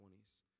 20s